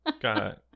Got